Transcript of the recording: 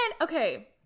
okay